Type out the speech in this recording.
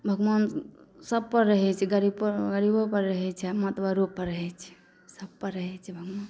भगवान सबपर रहै छै गरीब गरीबोपर रहै छै आओर मतगरोपर रहै छै सबपर रहै छै भगवान